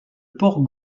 port